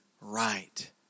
right